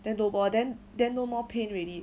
then no more then then no more pain already